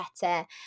better